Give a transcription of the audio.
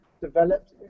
developed